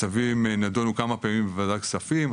הצווים נדונו כמה פעמים בוועדת כספים,